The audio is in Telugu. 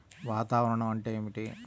వాతావరణం అంటే ఏమిటి?